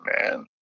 man